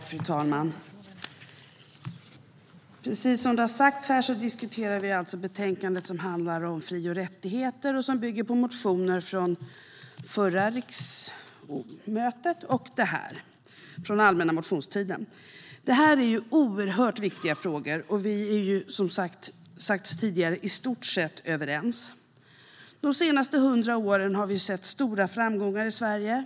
Fru talman! Precis som det har sagts här diskuterar vi betänkandet som handlar om fri och rättigheter och som bygger på motioner från den allmänna motionstiden under det förra riksmötet och det här. Detta är oerhört viktiga frågor, och vi är som har sagts tidigare i stort sett överens. De senaste 100 åren har vi sett stora framgångar i Sverige.